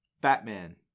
Batman